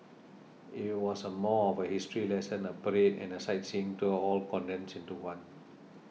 it was a more of a history lesson a parade and a sightseeing tour all condensed into one